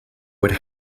would